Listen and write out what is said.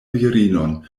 virinon